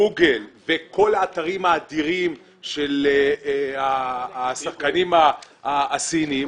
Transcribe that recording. גוגל וכל האתרים האדירים של השחקנים הסינים,